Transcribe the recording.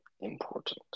important